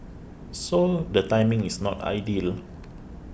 so the timing is not ideal